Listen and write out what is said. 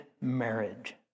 marriage